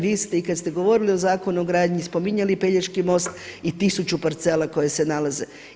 Vi ste i kada ste govorili o Zakonu o gradnji spominjali Pelješki most i tisuću parcela koje se nalaze.